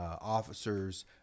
officers